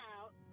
out